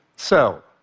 so,